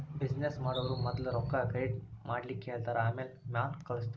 business ಮಾಡೊವ್ರು ಮದ್ಲ ರೊಕ್ಕಾ ಕ್ರೆಡಿಟ್ ಮಾಡ್ಲಿಕ್ಕೆಹೆಳ್ತಾರ ಆಮ್ಯಾಲೆ ಮಾಲ್ ಕಳ್ಸ್ತಾರ